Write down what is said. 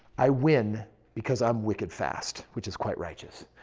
i win because i'm wicked fast. which is quite righteous.